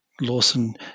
Lawson